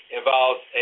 involves